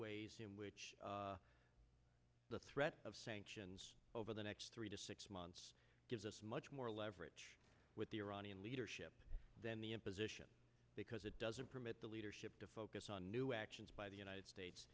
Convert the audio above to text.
ways in which the threat of sanctions over the next three to six months gives us much more leverage with the iranian leadership than the opposition because it doesn't permit the leadership to focus on new actions by the united states